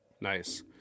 Nice